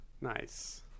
nice